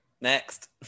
Next